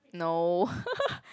no